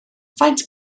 faint